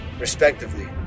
respectively